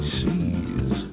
sees